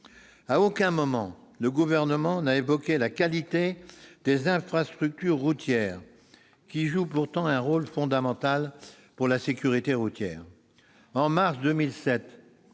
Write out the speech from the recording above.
À aucun moment le Gouvernement n'a évoqué la qualité des infrastructures routières, qui joue pourtant un rôle fondamental pour la sécurité routière.